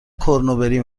کرنبری